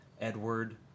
Edward